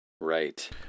Right